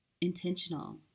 intentional